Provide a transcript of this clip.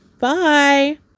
Bye